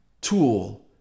tool